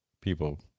people